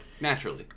Naturally